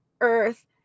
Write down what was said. Earth